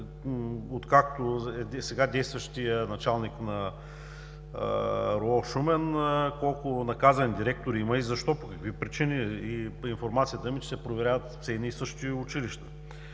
от сега действащия началник на РУО – Шумен, колко наказани директори има и защо, по какви причини? Информацията ми е, че се проверяват едни и същи училища.